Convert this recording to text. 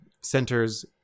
centers